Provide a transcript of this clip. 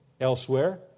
elsewhere